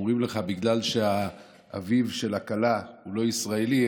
ואומרים לך: בגלל שאביה של הכלה הוא לא ישראלי,